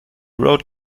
wrote